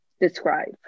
describe